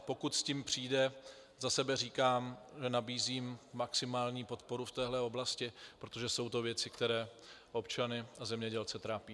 Pokud s tím přijde, za sebe říkám, že nabízím maximální podporu v této oblasti, protože jsou to věci, které občany a zemědělce trápí.